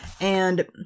and-